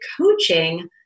coaching